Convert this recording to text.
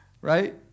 Right